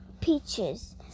peaches